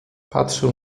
patrzał